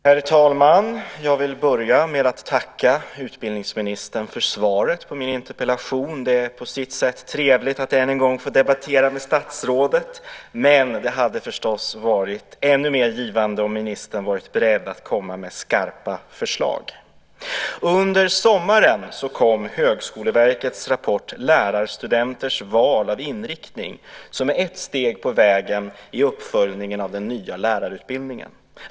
Herr talman! Jag vill börja med att tacka utbildningsministern för svaret på min interpellation. Det är på sitt sätt trevligt att än en gång få debattera med statsrådet, men det hade förstås varit ännu mer givande om ministern hade varit beredd att komma med skarpa förslag. Under sommaren kom Högskoleverkets rapport Lärarstudenters val av inriktning som ett steg på vägen i uppföljningen av den nya lärarutbildningen.